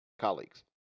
colleagues